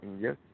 Yes